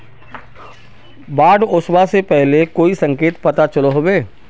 बाढ़ ओसबा से पहले कोई संकेत पता चलो होबे?